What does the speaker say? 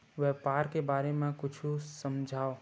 व्यापार के बारे म कुछु समझाव?